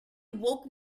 woke